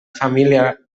família